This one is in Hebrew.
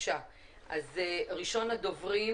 ראשון הדוברים